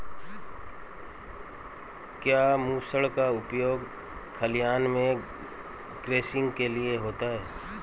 क्या मूसल का उपयोग खलिहान में थ्रेसिंग के लिए होता है?